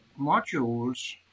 modules